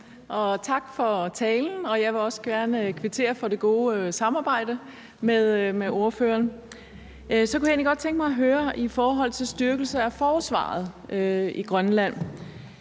Tak for talen, og jeg vil også gerne kvittere for det gode samarbejde med ordføreren. Så kunne jeg egentlig godt tænke mig at høre, hvilke debatter og tanker der er i Grønland